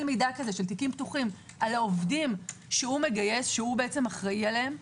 מידע של תיקים פתוחים על העובדים שהוא מגייס ואחראי עליהם.